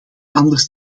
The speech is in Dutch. anders